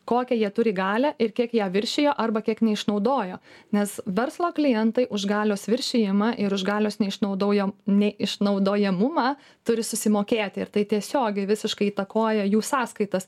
kokią jie turi galią ir kiek ją viršijo arba kiek neišnaudojo nes verslo klientai už galios viršijimą ir už galios neišnaudojam neišnaudojamumą turi susimokėti ir tai tiesiogiai visiškai įtakoja jų sąskaitas